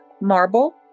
marble